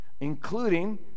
including